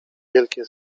wielkie